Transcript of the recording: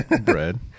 bread